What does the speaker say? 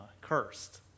cursed